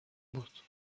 بود